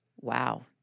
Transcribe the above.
wow